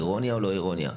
אירוניה או לא אירוניה?